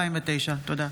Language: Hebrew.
התש"ע 2009. תודה.